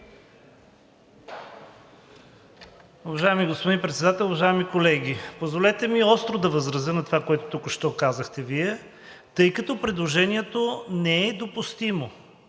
Уважаеми господин Председател, уважаеми колеги! Позволете ми остро да възразя на това, което току-що казахте Вие, тъй като предложението не е допустимо.